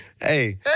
Hey